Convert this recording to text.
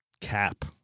cap